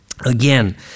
Again